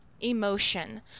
emotion